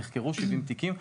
נחקרו 70 תיקים.